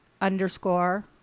underscore